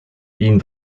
ihm